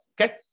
Okay